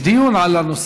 יש דיון על הנושא.